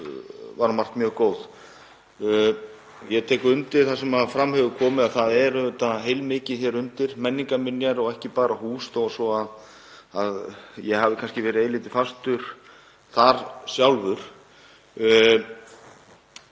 var um margt mjög góð. Ég tek undir það sem fram hefur komið að það er auðvitað heilmikið hér undir, menningarminjar, og það eru ekki bara hús þó svo að ég hafi kannski verið eilítið fastur þar sjálfur.